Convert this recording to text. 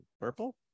purple